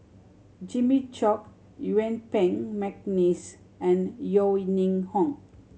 Jimmy Chok Yuen Peng McNeice and Yeo Ning Hong